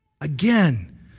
Again